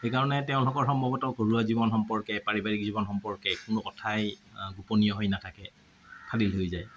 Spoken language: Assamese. সেইকাৰণে তেওঁলোকৰ সম্ভৱতঃ ঘৰুৱা জীৱন সম্পৰ্কে পাৰিবাৰিক জীৱন সম্পৰ্কে কোনো কথাই গোপনীয় হৈ নাথাকে ফাদিল হৈ যায়